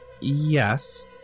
Yes